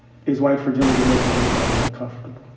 is white fragility making anybody uncomfortable?